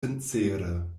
sincere